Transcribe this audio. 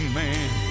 man